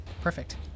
perfect